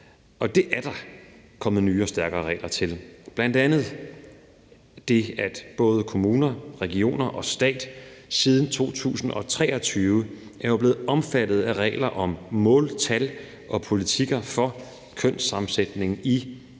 er der. Der er kommet nye og stærkere regler til, bl.a. det, at både kommuner, regioner og stat siden 2023 jo er blevet omfattet af regler om måltal og politikker for kønssammensætning i ledelse,